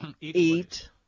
Eat